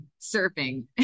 surfing